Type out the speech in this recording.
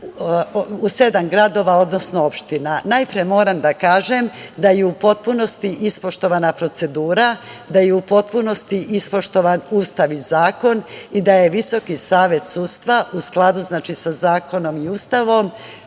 u sedam gradova, odnosno opština. Najpre moram da kažem da je u potpunosti ispoštovana procedura, da je u potpunosti ispoštovan Ustav i zakon i da je Visoki savet sudstva, u skladu sa zakonom i Ustavom,